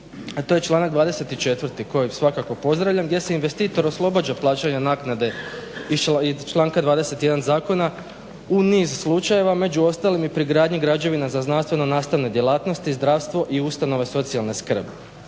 to je članak 24.koji svakako pozdravljam gdje se investitor oslobađa plaćanja naknade iz članka 21.zakona u niz slučajeva, među ostalim i pri gradnji građevina za znanstveno nastavne djelatnosti, zdravstvo i ustanove socijalne skrbi.